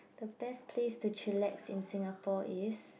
the best place to chillax in Singapore is